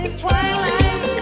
twilight